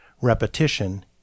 Repetition